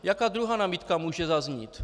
Jaká druhá námitka může zaznít?